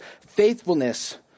faithfulness